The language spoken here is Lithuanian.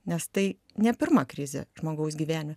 nes tai ne pirma krizė žmogaus gyvenime